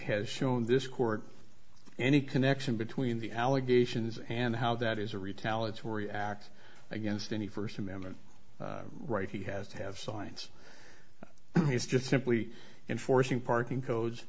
has shown this court any connection between the allegations and how that is a retaliatory act against any first amendment right he has to have science he's just simply enforcing parking codes